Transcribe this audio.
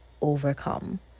overcome